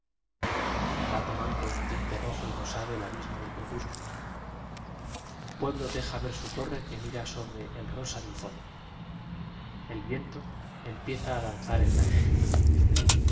va tomando un tinte rojo y rosado el abismo del crepúsculo un pueblo deja ver su torre que mira sobre el rosa del fon do el viento empieza a danzar en la llanu ra